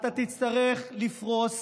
אתה תצטרך לפרוס